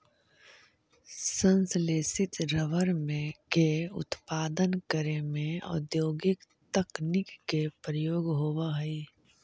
संश्लेषित रबर के उत्पादन करे में औद्योगिक तकनीक के प्रयोग होवऽ हइ